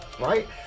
right